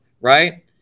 right